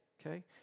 okay